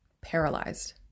paralyzed